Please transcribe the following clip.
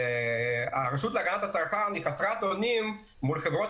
שהרשות להגנת הצרכן היא חסרת אונים מול חברות